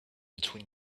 between